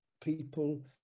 people